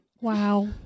Wow